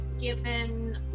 given